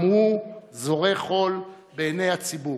גם הוא זורה חול בעיני הציבור.